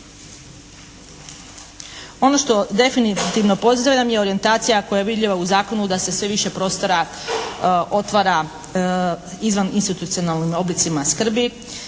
Ono što definitivno pozdravljam je orijentacija koja je vidljiva u zakonu da se sve više prostora otvara izvan institucionalnim oblicima skrbi.